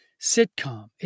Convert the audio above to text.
sitcom